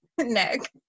Nick